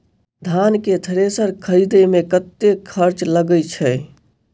धान केँ थ्रेसर खरीदे मे कतेक खर्च लगय छैय?